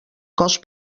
cos